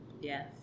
Yes